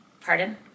Pardon